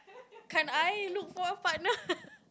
can I look for a partner